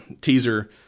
teaser